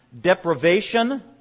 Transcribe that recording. deprivation